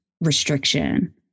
restriction